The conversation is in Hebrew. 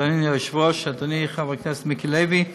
אדוני היושב-ראש, אדוני חבר הכנסת מיקי לוי.